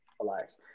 relax